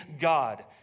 God